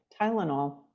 Tylenol